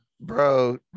Bro